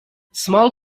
small